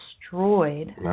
destroyed